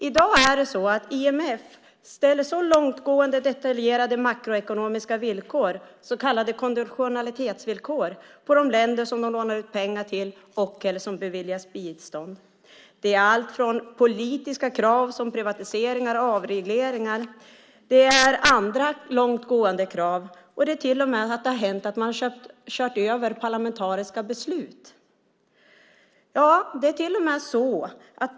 I dag sätter IMF upp långtgående detaljerade makroekonomiska villkor, så kallade konditionalitetsvillkor, för de länder som de lånar ut pengar till och/eller som beviljas bistånd. Det är allt från politiska krav som privatiseringar och avregleringar till andra långtgående krav. Det har till och med hänt att man har kört över parlamentariska beslut.